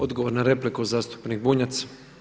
Odgovor na repliku zastupnik Bunjac.